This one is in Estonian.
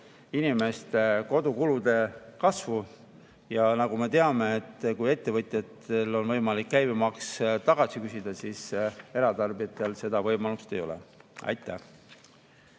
inimeste kodukulude kasvu. Ja nagu me teame, kui ettevõtjatel on võimalik käibemaks tagasi küsida, siis eratarbijatel seda võimalust ei ole. Aitäh!